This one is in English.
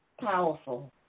powerful